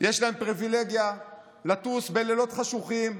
יש להם פריבילגיה לטוס בלילות חשוכים,